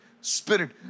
spirit